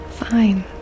fine